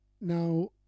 Now